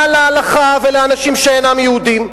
מה להלכה ולאנשים שאינם יהודים?